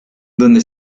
donde